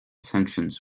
sanctions